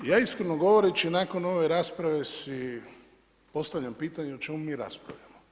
Ja iskreno govoreći nakon ove rasprave si postavljam pitanje o čemu mi raspravljamo?